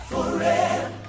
Forever